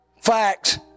facts